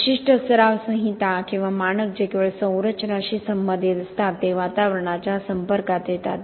विशिष्ट सराव संहिता किंवा मानक जे केवळ संरचनांशी संबंधित असतात ते वातावरणाच्या संपर्कात येतात